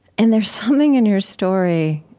and there's something in your story,